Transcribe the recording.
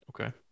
Okay